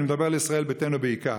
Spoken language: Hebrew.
אני מדבר על ישראל ביתנו בעיקר,